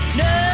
no